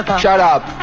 shut up!